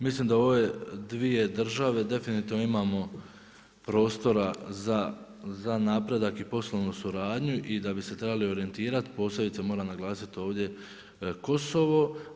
Mislim da u ove dvije države definitivno imamo prostora za napredak i poslovnu suradnju i da bi se trebali orijentirati, posebice moram naglasiti ovdje Kosovo.